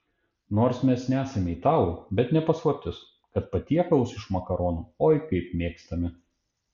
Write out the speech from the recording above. nors mes nesame italai bet ne paslaptis kad patiekalus iš makaronų oi kaip mėgstame